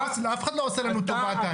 אף אחד לא עושה לנו טובה כאן.